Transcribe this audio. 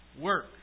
work